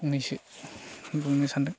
फंनैसो बुंनो सानदों